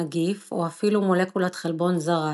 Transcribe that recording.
נגיף או אפילו מולקולת חלבון זרה,